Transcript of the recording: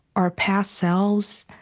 our past selves,